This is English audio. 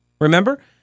Remember